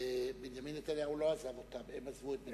בנימין נתניהו לא עזב אותם, הם עזבו אותו.